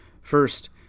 First